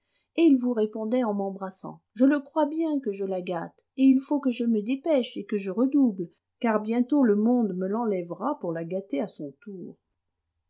et il vous répondait en m'embrassant je le crois bien que je la gâte et il faut que je me dépêche et que je redouble car bientôt le monde me l'enlèvera pour la gâter à son tour